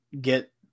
get